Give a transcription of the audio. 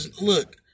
Look